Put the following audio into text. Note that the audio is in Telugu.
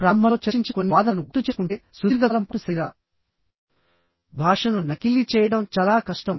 ప్రారంభంలో చర్చించిన కొన్ని వాదనలను గుర్తుచేసుకుంటే సుదీర్ఘకాలం పాటు శరీర భాషను నకిలీ చేయడం చాలా కష్టం